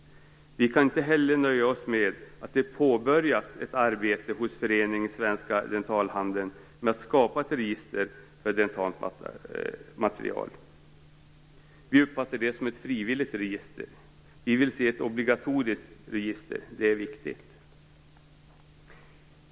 Vi kan inte heller nöja oss med att det påbörjats ett arbete hos föreningen Svensk Dentalhandel med att skapa ett register för dentala material. Vi uppfattar det som ett frivilligt register. Vi vill se ett obligatoriskt register, och det är viktigt.